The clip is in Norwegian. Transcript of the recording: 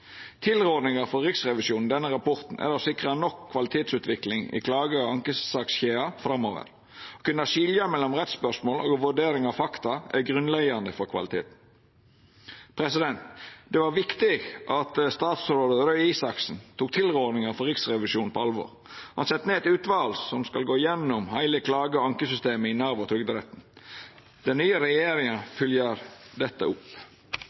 sikra nok kvalitetsutvikling i klage- og ankesakskjeda framover. Å kunna skilja mellom rettsspørsmål og vurdering av fakta er grunnleggjande for kvaliteten. Det var viktig at statsråd Røe Isaksen tok tilrådinga frå Riksrevisjonen på alvor. Han sette ned eit utval som skal gå gjennom heile klage- og ankesystemet i Nav og Trygderetten. Den nye regjeringa fylgjer dette opp.